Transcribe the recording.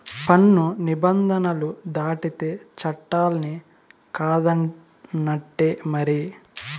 పన్ను నిబంధనలు దాటితే చట్టాలన్ని కాదన్నట్టే మరి